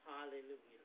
Hallelujah